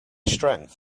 strength